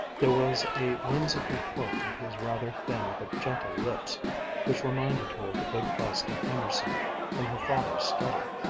there was a whimsical quirk of his rather thin but gentle lips which reminded her of the big bust of emerson in her father's study.